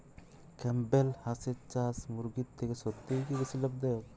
Campbell হাঁসের চাষ মুরগির থেকে সত্যিই কি বেশি লাভ দায়ক?